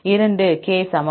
2 K சமம்